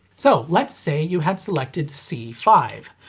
so, let's say you had selected c five.